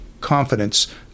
confidence